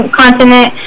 continent